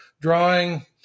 drawing